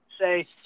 say